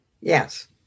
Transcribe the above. Yes